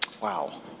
wow